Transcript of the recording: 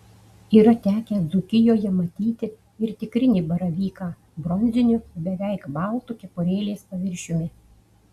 yra tekę dzūkijoje matyti ir tikrinį baravyką bronziniu beveik baltu kepurėlės paviršiumi